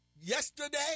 yesterday